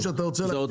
זה אותו